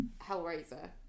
Hellraiser